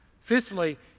Fifthly